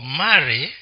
marry